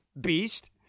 beast